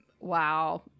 Wow